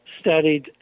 studied